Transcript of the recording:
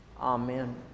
amen